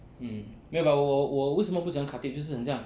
mm 没有 but 我我为什么不喜欢 khatib 就是很像